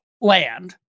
land